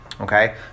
Okay